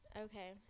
okay